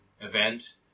event